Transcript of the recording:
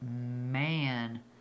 man